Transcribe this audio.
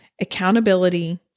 accountability